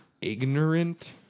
ignorant